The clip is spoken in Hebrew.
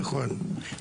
נכון.